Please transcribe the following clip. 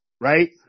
right